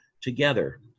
together